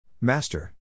Master